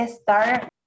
start